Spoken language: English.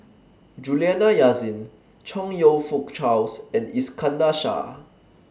Juliana Yasin Chong YOU Fook Charles and Iskandar Shah